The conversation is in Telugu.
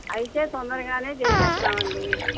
అయితే తొందరగానే చేసేస్తామండి